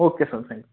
okay sir thank you